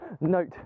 note